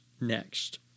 next